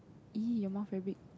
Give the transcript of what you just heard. !ee! your mouth very big